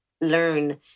learn